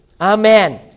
Amen